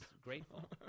grateful